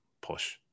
push